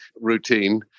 routine